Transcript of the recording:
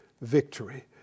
victory